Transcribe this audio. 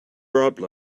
robbed